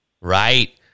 Right